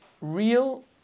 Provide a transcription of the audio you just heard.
Real